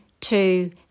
two